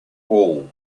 all